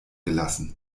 gelassen